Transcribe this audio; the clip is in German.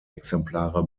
exemplare